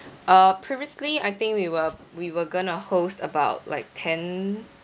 uh previously I think we were we were going to host about like ten